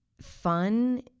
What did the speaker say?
Fun